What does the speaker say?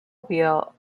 wheel